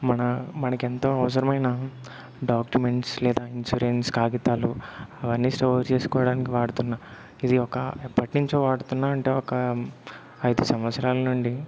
మన మనకెంతో అవసరమైన డాక్యుమెంట్స్ లేదా ఇన్సూరెన్స్ కాగితాలు అవన్నీ సర్వ్ చేసుకోవడానికి వాడుతున్నా ఇది ఒక ఎప్పటి నుంచో వాడుతున్న అంటే ఒక ఐదు సంవత్సరాల నుండి